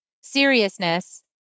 seriousness